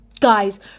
Guys